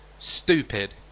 Stupid